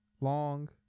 long